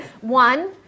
one